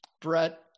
Brett